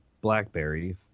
BlackBerry